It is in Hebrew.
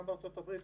גם בארצות הברית,